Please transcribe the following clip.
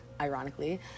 ironically